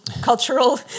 cultural